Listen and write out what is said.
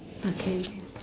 okay